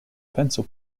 penso